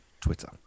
twitter